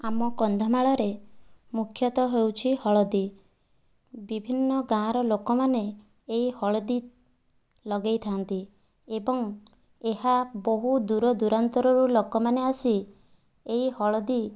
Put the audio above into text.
ଆମ କନ୍ଧମାଳରେ ମୁଖ୍ୟତଃ ହେଉଛି ହଳଦୀ ବିଭିନ୍ନ ଗାଁର ଲୋକମାନେ ଏହି ହଳଦୀ ଲଗାଇଥାନ୍ତି ଏବଂ ଏହା ବହୁତ ଦୁରଦୂରାନ୍ତରରୁ ଲୋକମାନେ ଆସି ଏହି ହଳଦୀ